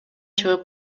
чыгып